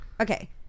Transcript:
Okay